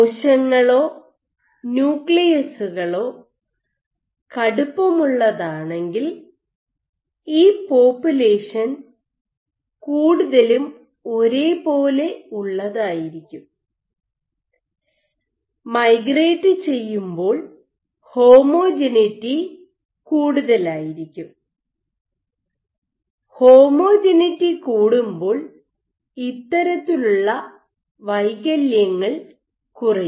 കോശങ്ങളോ ന്യൂക്ലിയസ്സുകളോ കടുപ്പമുള്ളതാണെങ്കിൽ ഈ പോപ്പുലേഷൻ കൂടുതലും ഒരേപോലെ ഉള്ളതായിരിക്കും മൈഗ്രേറ്റ് ചെയ്യുമ്പോൾ ഹോമോജനിറ്റി കൂടുതലായിരിക്കും ഹോമോജനിറ്റി കൂടുമ്പോൾ ഇത്തരത്തിലുള്ള വൈകല്യങ്ങൾ കുറയും